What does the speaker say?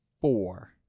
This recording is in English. four